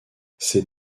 ces